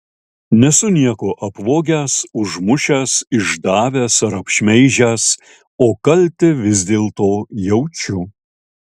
nesu nieko apvogęs užmušęs išdavęs ar apšmeižęs o kaltę vis dėlto jaučiu